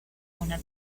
una